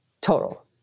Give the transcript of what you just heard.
total